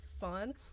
fun